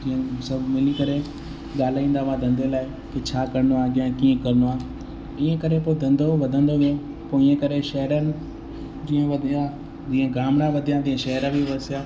जीअं सभु मिली करे ॻाल्हाईंदा हुआ धंधे लाइ की छा करिणो आहे अॻियां कीअं करिणो आहे ईअं करे पोइ धंधो वधंदो वियो पोइ ईअं करे शहरनि जीअं वधिया जीअं गामड़ा वधिया तीअं शहर बि वसिया